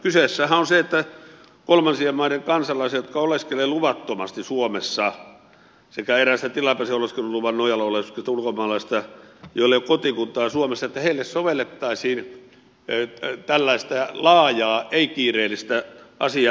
kyseessähän on se että kolmansien maiden kansalaisille jotka oleskelevat luvattomasti suomessa sekä eräille tilapäisen oleskeluluvan nojalla oleskelevista ulkomaalaisista joilla ei ole kotikuntaa suomessa sovellettaisiin tällaista laajaa ei kiireellistä asiaa